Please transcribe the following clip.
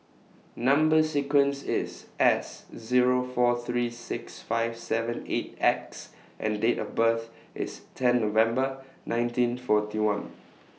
Number sequence IS S Zero four three six five seven eight X and Date of birth IS ten November nineteen forty one